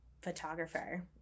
photographer